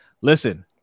listen